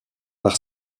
par